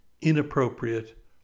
inappropriate